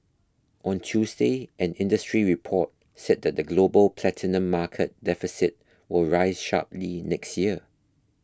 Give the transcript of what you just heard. on Tuesday an industry report said the global platinum market deficit will rise sharply next year